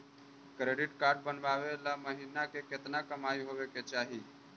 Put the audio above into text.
Credit card बनबाबे ल महीना के केतना कमाइ होबे के चाही?